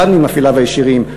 אחד ממפעיליו הישירים,